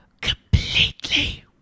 completely